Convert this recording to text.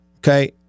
Okay